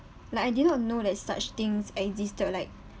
like I did not know that such things existed like